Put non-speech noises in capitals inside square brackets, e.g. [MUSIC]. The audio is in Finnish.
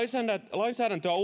lainsäädäntöä [UNINTELLIGIBLE]